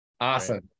awesome